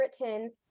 written